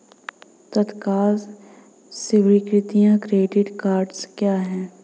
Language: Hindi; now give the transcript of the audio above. तत्काल स्वीकृति क्रेडिट कार्डस क्या हैं?